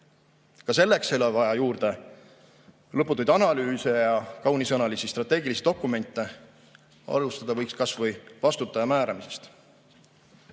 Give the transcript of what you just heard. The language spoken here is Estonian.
Ka selleks ei ole juurde vaja lõputuid analüüse ja kaunisõnalisi strateegilisi dokumente. Alustada võiks kas või vastutaja määramisest.